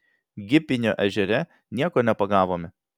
gipinio ežere nieko nepagavome